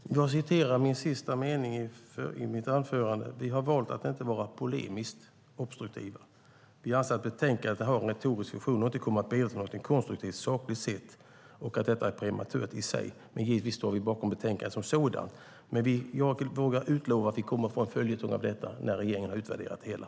Herr talman! Jag vill upprepa det jag sade min sista mening i mitt anförande. Vi har valt att inte vara polemiskt obstruktiva. Vi anser att betänkandet har en retorisk funktion och att det inte kommer att bidra till någonting konstruktivt sakligt sett, och att detta är prematurt i sig. Givetvis står vi bakom betänkandet som sådant. Jag vågar utlova att vi kommer att få en följetong i detta när regeringen har utvärderat det hela.